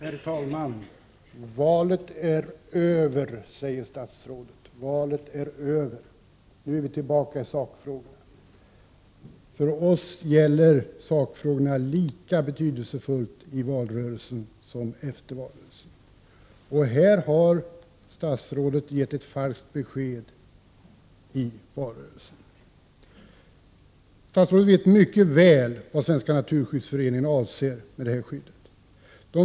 Herr talman! Valet är över, säger statsrådet. Nu skulle vi alltså vara tillbaka i sakfrågorna. Men för oss i folkpartiet är sakfrågorna lika betydelsefulla i valrörelsen som efteråt. Och här har statsrådet gett ett falskt besked i valrörelsen. Statsrådet vet mycket väl vad Svenska naturskyddsföreningen avser med det aktuella skyddet.